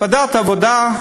ועדת העבודה,